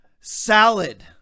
salad